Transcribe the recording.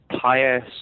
pious